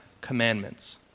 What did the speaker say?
commandments